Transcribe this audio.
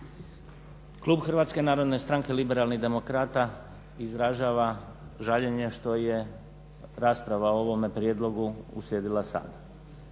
Klub Hrvatske narodne stranke liberalnih demokrata izražava žaljenje što je rasprava o ovome prijedlogu uslijedila sada.